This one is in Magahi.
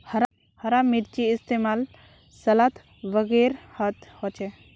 हरा मिर्चै इस्तेमाल सलाद वगैरहत होचे